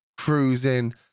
cruising